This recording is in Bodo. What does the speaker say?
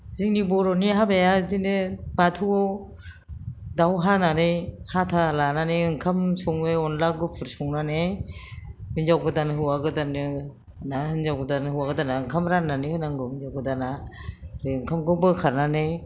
जोंनि बर'नि हाबाया बिदिनो बाथौआव दाउ हानानै हाथा लानानै ओंखाम सङो अनद्ला गुफुर संनानै हिनजाव गोदान हौवा गोदाननो ना हिनजाव गोदाना हौवा गोदाना ओंखाम राननानै होनांगौ हिनजाव गोदाना ओमफ्राय ओंखामखौ बोखारनानै